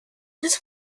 this